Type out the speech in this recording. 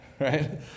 Right